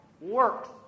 Works